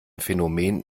phänomen